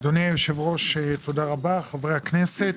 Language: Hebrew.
אדוני היושב ראש, תודה רבה, חברי הכנסת.